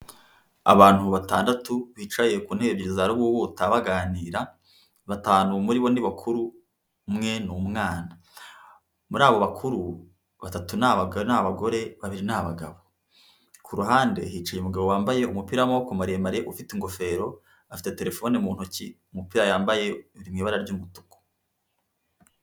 Abantu batandatu bicaye ku ntebe za robobota baganira, batanu muri bo bakuru umwe ni umwana .Muri abo bakuru batatu ni abagabo n'abagore babiri n'abagabo kuruhande hicaye umugabo wambaye umupira w'amaboko maremare ufite ingofero afite telefone mu ntoki umupira yambaye uri mu ibara ry'umutuku.